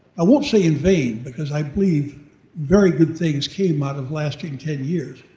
i won't say in vain because i believe very good things came out of lasting ten years,